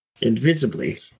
Invisibly